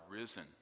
risen